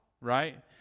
Right